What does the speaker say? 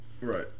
right